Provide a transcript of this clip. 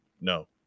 no